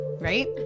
right